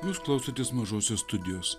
jūs klausotės mažosios studijos